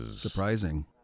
surprising